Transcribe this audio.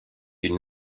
une